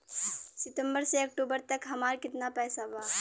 सितंबर से अक्टूबर तक हमार कितना पैसा बा?